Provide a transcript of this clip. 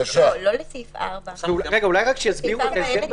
אולי שיסבירו את ההסדר במתווה?